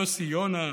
יוסי יונה,